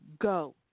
go